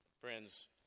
friends